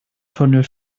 tunnel